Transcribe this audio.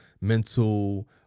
mental